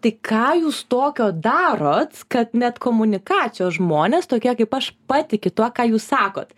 tai ką jūs tokio darot ka net komunikacijos žmonės tokie kaip aš patiki tuo ką jūs sakot